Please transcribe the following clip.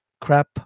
crap